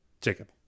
Jacob